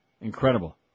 Incredible